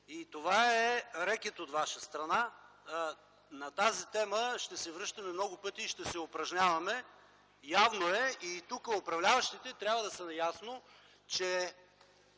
Това е рекет от ваша страна. На тази тема ще се връщаме много пъти и ще се упражняваме. Явно е и тук управляващите трябва да са наясно, че